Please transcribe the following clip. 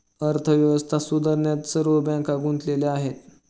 अर्थव्यवस्था सुधारण्यात सर्व बँका गुंतलेल्या आहेत